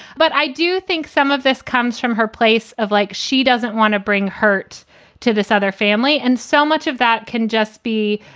but i do think some of this comes from her place of like she doesn't want to bring hurt to this other family. and so much of that can just be,